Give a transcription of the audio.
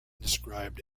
described